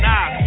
Nah